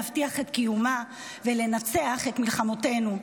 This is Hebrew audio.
להבטיח את קיומה ולנצח את מלחמותינו.